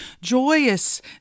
Joyous